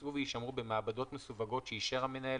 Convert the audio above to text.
יבוצעו ויישמרו במעבדות מסווגות שאישר המנהל,